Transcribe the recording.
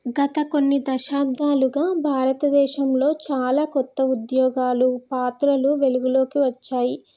గత కొన్ని దశాబ్దాలుగా భారతదేశంలో చాలా కొత్త ఉద్యోగాలు పాత్రలు వెలుగులోకి వచ్చాయి